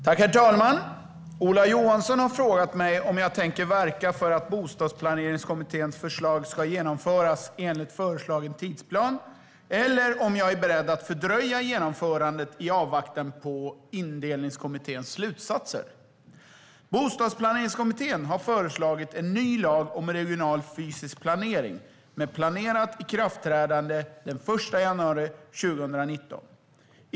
Herr talman! Ola Johansson har frågat mig om jag tänker verka för att Bostadsplaneringskommitténs förslag ska genomföras enligt föreslagen tidsplan eller om jag är beredd att fördröja genomförandet i avvaktan på Indelningskommitténs slutsatser. Bostadsplaneringskommittén har föreslagit en ny lag om regional fysisk planering med planerat ikraftträdande den 1 januari 2019.